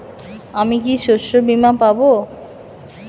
আমি কি শষ্যবীমা পাব?